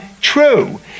true